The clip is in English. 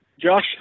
Josh